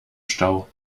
stau